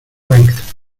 length